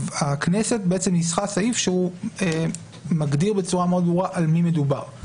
והכנסת בעצם ניסחה סעיף שמגדיר בצורה מאוד ברורה על מי מדובר.